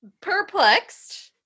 perplexed